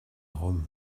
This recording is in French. rome